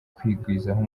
kwigwizaho